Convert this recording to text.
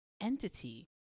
entity